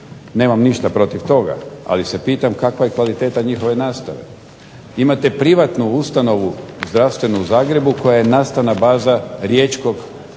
Nemam ništa protiv toga ali se pitam kakva je kvaliteta njihove nastave. Imate privatnu ustanovu zdravstvenu u Zagrebu koja je nastavna baza Riječkog